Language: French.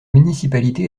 municipalité